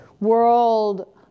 world